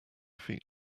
feet